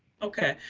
okay.